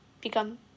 become